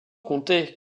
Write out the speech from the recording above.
compter